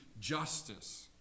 justice